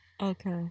Okay